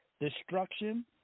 destruction